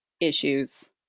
issues